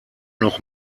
noch